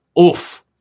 Oof